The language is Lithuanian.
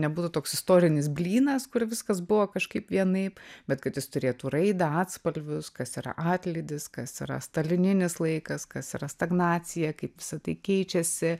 nebūtų toks istorinis blynas kur viskas buvo kažkaip vienaip bet kad jis turėtų raidą atspalvius kas yra atlydis kas yra stalininis laikas kas yra stagnacija kaip visa tai keičiasi